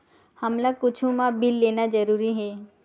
हमला कुछु मा बिल लेना जरूरी हे?